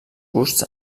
busts